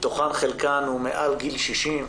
חלקן מעל גיל 60,